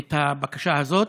את הבקשה הזאת?